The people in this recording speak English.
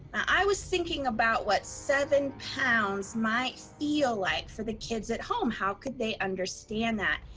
i was thinking about what seven pounds, might feel like for the kids at home, how could they understand that?